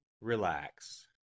Relax